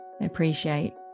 appreciate